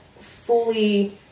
fully